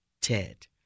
Ted